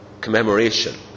commemoration